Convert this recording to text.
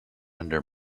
under